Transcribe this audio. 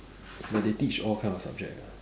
but they teach all kind of subject ah